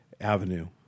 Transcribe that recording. avenue